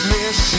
Miss